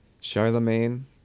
Charlemagne